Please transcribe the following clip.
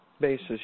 basis